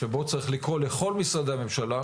שבו יש לקרוא לכל משרדי הממשלה,